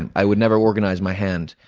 and i would never organize my hand.